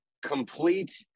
Complete